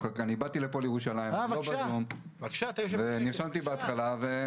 באתי לירושלים במיוחד ונרשמתי בהתחלה.